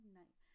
night